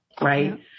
right